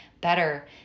better